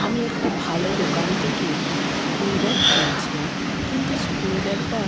আমি একটা ভালো দোকান থেকে স্কুল ব্যাগ কিনেছিলাম কিন্তু স্কুল ব্যাগটা